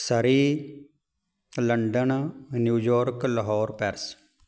Surrey London New York Lahore Paris